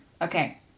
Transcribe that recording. Okay